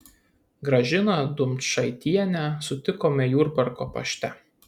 gražiną dumčaitienę sutikome jurbarko pašte